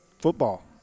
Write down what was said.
football